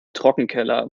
trockenkeller